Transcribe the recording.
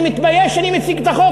אני מתבייש שאני מציג את החוק,